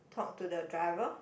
talk to the driver